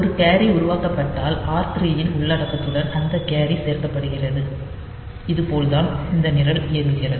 ஒரு கேரி உருவாக்கப்பட்டால் r 3 இன் உள்ளடக்கத்துடன் அந்த கேரி சேர்க்கப்படுகிறது இது போல் தான் இந்த நிரல் இயங்குகிறது